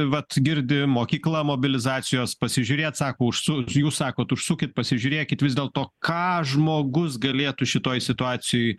vat girdi mokykla mobilizacijos pasižiūrėt sako užsu jūs sakot užsukit pasižiūrėkit vis dėlto ką žmogus galėtų šitoj situacijoj